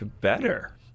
better